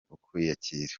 kwiyakira